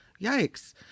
Yikes